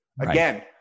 again